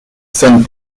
sen